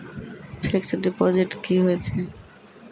Fixed deposit की होय छै?